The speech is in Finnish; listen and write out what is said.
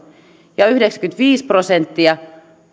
ja yhdeksänkymmentäviisi prosenttia